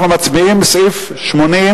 אנחנו מצביעים על סעיף 80,